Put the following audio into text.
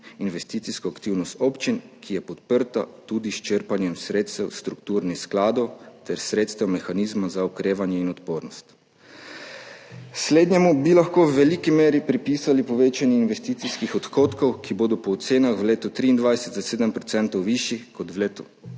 investicijsko aktivnost občin, ki je podprta tudi s črpanjem sredstev strukturnih skladov ter sredstev mehanizma za okrevanje in odpornost. Slednjemu bi lahko v veliki meri pripisali povečanje investicijskih odhodkov, ki bodo po ocenah v letu 2023 za 7 % višji kot v letu